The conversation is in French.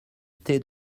thé